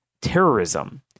terrorism